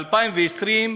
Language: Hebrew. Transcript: ב-2020,